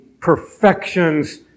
perfections